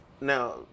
now